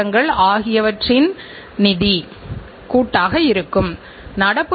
இன்று பல மாற்று வழிகள் கிடைக்கின்றன